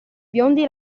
biondi